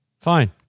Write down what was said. Fine